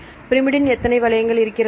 pyrimidine எத்தனை வளையங்கள் இருக்கிறது